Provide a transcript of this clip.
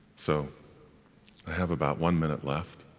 so, i have about one minute left,